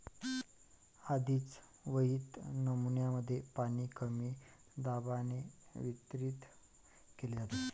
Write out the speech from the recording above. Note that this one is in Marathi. आधीच विहित नमुन्यांमध्ये पाणी कमी दाबाने वितरित केले जाते